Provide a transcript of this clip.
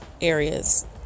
areas